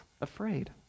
afraid